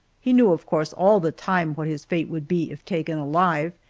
he knew, of course, all the time what his fate would be if taken alive,